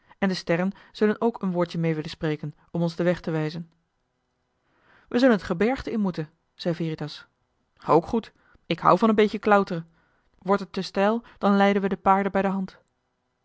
en de sterren zullen ook een joh h been paddeltje de scheepsjongen van michiel de ruijter woordje mee willen spreken om ons den weg te wijzen we zullen t gebergte in moeten zei veritas ook goed ik houd van n beetje klauteren wordt het te steil dan leiden wij de paarden bij de hand